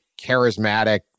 charismatic